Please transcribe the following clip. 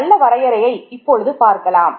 ஒரு நல்ல வரையறையை இப்பொழுது பார்க்கலாம்